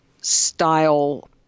style